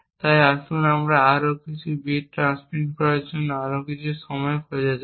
তাই আসুন আরও কিছু বিট ট্রান্সমিট করা দেখার জন্য আরও কিছু সময় খোঁজা যাক